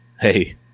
Hey